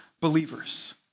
believers